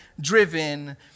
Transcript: driven